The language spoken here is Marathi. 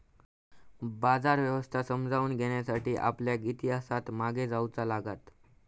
बाजार व्यवस्था समजावून घेण्यासाठी आपल्याक इतिहासात मागे जाऊचा लागात